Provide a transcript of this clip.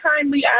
kindly